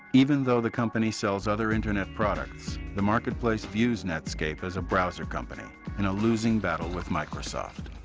even though the company sells other internet products, the marketplace views netscape as a browser company in a losing battle with microsoft.